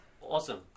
Awesome